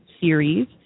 series